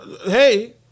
Hey